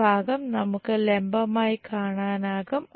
ഈ ഭാഗം നമുക്ക് ലംബമായി കാണാനാകും